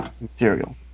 material